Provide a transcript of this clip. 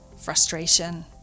frustration